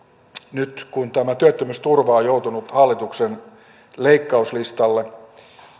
nyt kun tämä työttömyysturva on on joutunut hallituksen leikkauslistalle